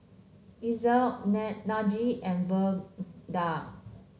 Najee and Verda